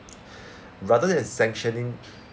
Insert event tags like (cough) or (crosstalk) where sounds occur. (breath) rather than sanctioning